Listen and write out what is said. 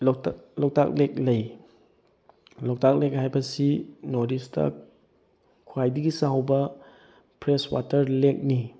ꯂꯣꯛꯇꯥꯛ Loktak lake ꯂꯩ Loktak lake ꯍꯥꯏꯕ ꯑꯁꯤ ꯅꯣꯔꯊ ꯏꯁꯇ ꯈ꯭ꯋꯥꯏꯗꯒꯤ ꯆꯥꯎꯕ ꯐ꯭ꯔꯦꯁ ꯋꯥꯇꯔ ꯂꯦꯛꯅꯤ